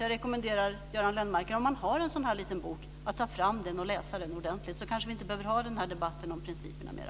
Jag rekommenderar därför Göran Lennmarker om han har en sådan här liten bok att ta fram den och läsa den ordentligt, så kanske vi inte behöver ha den här debatten om principerna mer.